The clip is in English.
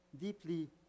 deeply